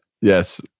Yes